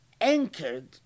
anchored